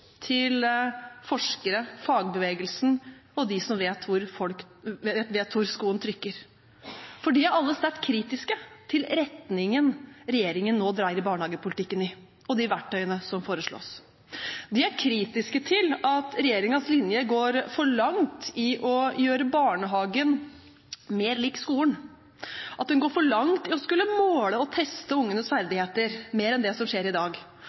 til forskere, fagbevegelsen og de som vet hvor skoen trykker. De er alle sterkt kritiske til retningen regjeringen nå dreier barnehagepolitikken i, og de verktøyene som foreslås. De er kritiske til at regjeringens linje går for langt i å gjøre barnehagen mer lik skolen, at den går for langt i å skulle måle og teste ungenes ferdigheter mer enn det som skjer i dag,